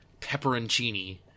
pepperoncini